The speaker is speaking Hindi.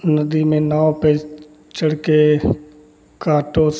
नदी में नाव पर चढ़ कर काटोस